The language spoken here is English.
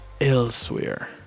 elsewhere